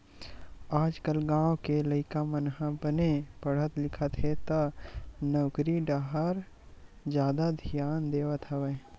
आजकाल गाँव के लइका मन ह बने पड़हत लिखत हे त नउकरी डाहर जादा धियान देवत हवय